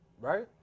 Right